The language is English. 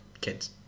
kids